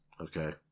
okay